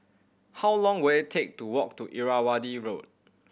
how long will it take to walk to Irrawaddy Road